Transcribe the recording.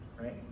right